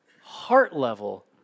heart-level